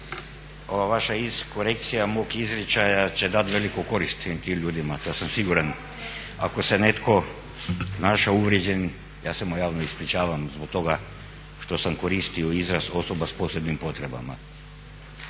ova vaša korekcija mog izričaja će dati veliku korist tim ljudima, to sam siguran. Ako se netko našao uvrijeđenim ja se javno ispričavam zbog toga što sam koristio izraz osoba s posebnim potrebama.